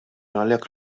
għalhekk